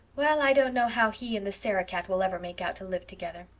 well, i don't know how he and the sarah-cat will ever make out to live together,